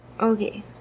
Okay